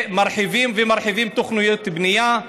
מרחיבים ומרחיבים תוכניות בנייה,